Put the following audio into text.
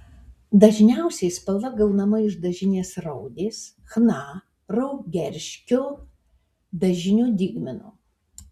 dažniausiai spalva gaunama iš dažinės raudės chna raugerškio dažinio dygmino